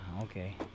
okay